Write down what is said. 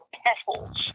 petals